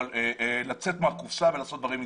אבל לצאת מקופסה ולעשות דברים יצירתיים.